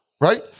right